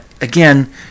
again